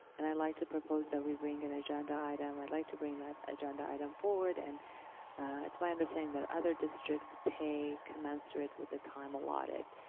and i'd like to propose that we bring an agenda item. i'd like to bring that agenda item forward. and it's my understanding that other districts pay commensurate with the time allotted.